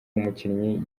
umukinyi